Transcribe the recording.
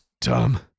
Tom